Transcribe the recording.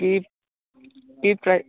কি